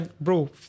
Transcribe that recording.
Bro